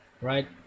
right